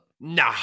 No